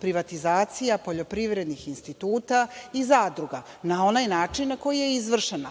privatizacija poljoprivrednih instituta i zadruga na onaj način na koji je izvršena.